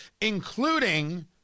including